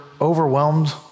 overwhelmed